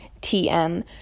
TM